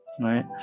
Right